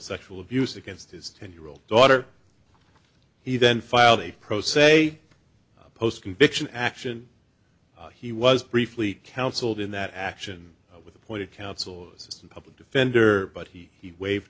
sexual abuse against his ten year old daughter he then filed a pro se post conviction action he was briefly counseled in that action with appointed counsel was a public defender but he waived